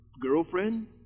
girlfriend